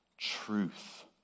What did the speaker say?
Truth